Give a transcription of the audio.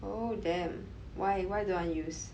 oh damn why why don't want use